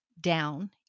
down